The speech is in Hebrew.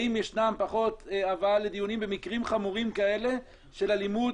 האם ישנם פחות הבאה לדיונים במקרים חמורים כאלה של אלימות,